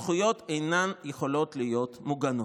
הזכויות אינן יכולות להיות מוגנות.